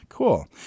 Cool